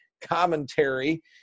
commentary